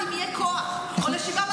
וזה קשה,